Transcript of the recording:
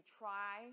try